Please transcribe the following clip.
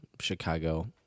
Chicago